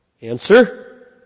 Answer